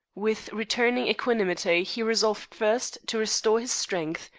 with returning equanimity he resolved first to restore his strength,